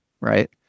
Right